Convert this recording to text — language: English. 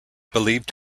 believed